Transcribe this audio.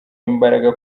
imbaraga